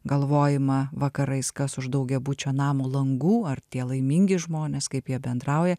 galvojimą vakarais kas už daugiabučio namo langų ar tie laimingi žmonės kaip jie bendrauja